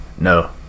no